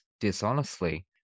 dishonestly